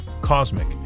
Cosmic